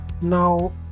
now